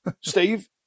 Steve